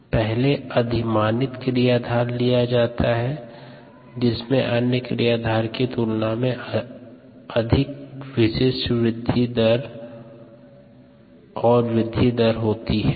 पहले अधिमानित क्रियाधार लिया जाता है जिसमे अन्य क्रियाधार की तुलना में अधिक विशिष्ट वृद्धि दर और वृद्धि दर होती है